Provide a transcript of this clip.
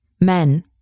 men